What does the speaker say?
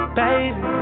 baby